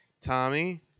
Tommy